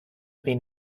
been